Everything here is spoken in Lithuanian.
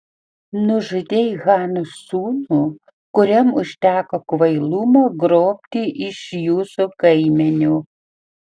nužudei chano sūnų kuriam užteko kvailumo grobti iš jūsų kaimenių